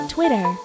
Twitter